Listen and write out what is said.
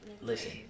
Listen